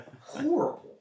horrible